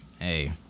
Hey